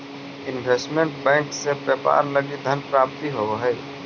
investment bank से व्यापार लगी धन प्राप्ति होवऽ हइ